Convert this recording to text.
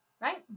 right